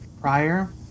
prior